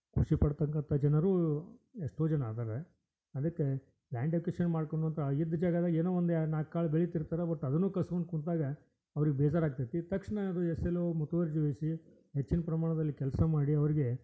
ಖುಷಿಪಡ್ತಕ್ಕಂಥ ಜನರೂ ಎಷ್ಟೋ ಜನ ಅದರ ಅದಕ್ಕೆ ಲ್ಯಾಂಡ್ ಎಕ್ವೀಷನ್ ಮಾಡ್ಕೋಳೋಕೆ ಆ ಇದು ಜಾಗದಾಗ ಏನೋ ಒಂದು ನಾಲ್ಕು ಕಾಳು ಬೆಳಿತಿರ್ತಾರೆ ಬಟ್ ಅದನ್ನು ಕಸ್ಕೊಂಡು ಕುಂತಾಗ ಅವ್ರಿಗೆ ಬೇಜಾರು ಆಗ್ತದೆ ತಕ್ಷಣ ಅದು ಎಸ್ ಎಲ್ ಓ ಮುತುವರ್ಜಿವಹಿಸಿ ಹೆಚ್ಚಿನ ಪ್ರಮಾಣದಲ್ಲಿ ಕೆಲಸ ಮಾಡಿ ಅವ್ರಿಗೆ